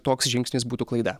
toks žingsnis būtų klaida